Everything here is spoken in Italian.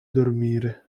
dormire